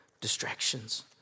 distractions